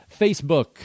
Facebook